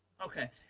okay.